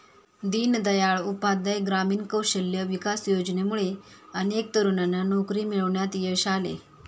दीनदयाळ उपाध्याय ग्रामीण कौशल्य विकास योजनेमुळे अनेक तरुणांना नोकरी मिळवण्यात यश आले